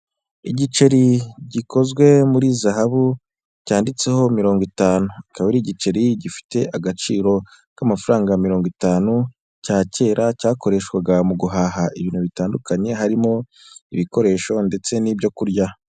Igiceri gikozwe muri zahabu cyanditseho mirongo itanu, akaba ari igiceri gifite agaciro k'amafaranga mirongo itanu cya kera cyakoreshwaga mu guhaha ibintu bitandukanye harimo: ibikoresho ndetse n'ibyo kurya.